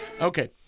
Okay